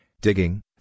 Digging